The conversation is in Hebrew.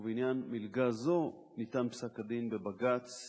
ובעניין מלגה זו ניתן פסק-הדין בבג"ץ